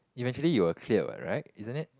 eventually you will clear what right isn't it